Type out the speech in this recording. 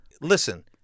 Listen